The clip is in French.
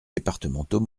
départementaux